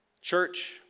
Church